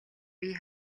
бие